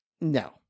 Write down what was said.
No